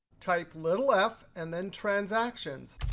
type little f and then transactions.